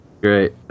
great